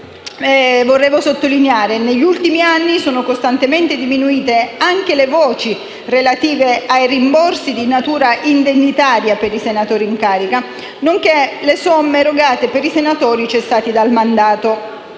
poi sottolineare che, negli ultimi anni, sono costantemente diminuite le voci relative ai rimborsi di natura indennitaria per i senatori in carica, nonché le somme erogate per i senatori cessati dal mandato.